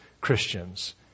Christians